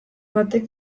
batek